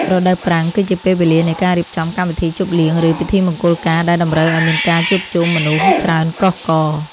រដូវប្រាំង គឺជាពេលវេលានៃការរៀបចំកម្មវិធីជប់លៀង ឬពិធីមង្គលការដែលតម្រូវឱ្យមានការជួបជុំមនុស្សច្រើនកុះករ។